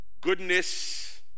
goodness